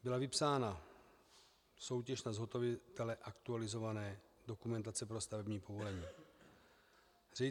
Byla vypsána soutěž na zhotovitele aktualizované dokumentace pro stavební povolení.